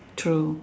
true